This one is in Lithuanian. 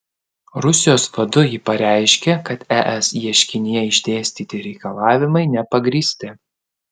rusijos vadu ji pareiškė kad es ieškinyje išdėstyti reikalavimai nepagrįsti